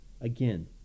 again